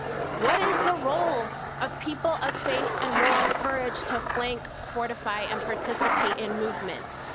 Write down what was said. what is the role of people of faith and moral courage to flank, fortify, and participate in movements?